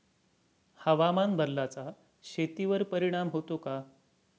हवामान बदलाचा शेतीवर परिणाम होतो का?